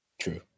True